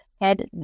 head